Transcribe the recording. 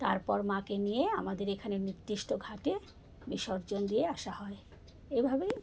তারপর মাকে নিয়ে আমাদের এখানে নির্দিষ্ট ঘাটে বিসর্জন দিয়ে আসা হয় এভাবেই